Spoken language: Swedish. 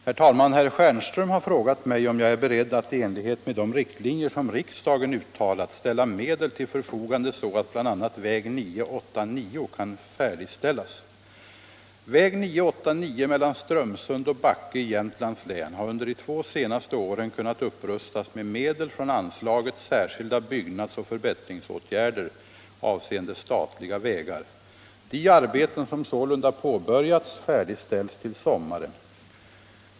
Herr talman! Herr Stjernström har frågat mig om jag är beredd att - i enlighet med de riktlinjer som riksdagen uttalat — ställa medel till förfogande så att bl.a. väg 989 kan färdigställas. Väg 989 mellan Strömsund och Backe i Jämtlands län har under de två senaste åren kunnat upprustas med medel från anslaget Särskilda byggnadsoch förbättringsåtgärder avseende statliga vägar. De arbeten som sålunda påbörjats färdigställs till sommaren.